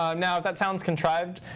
um now, if that sounds contrived,